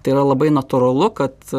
tai yra labai natūralu kad